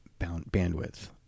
bandwidth